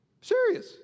Serious